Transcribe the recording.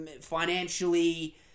financially